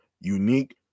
unique